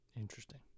Interesting